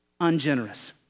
ungenerous